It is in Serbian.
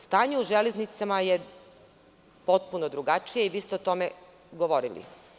Stanje u Železnicama je potpuno drugačije i vi ste o tome govorili.